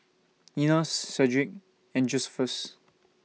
Enos Shedrick and Josephus